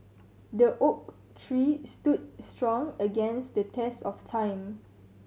the oak tree stood strong against the test of time